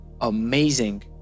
amazing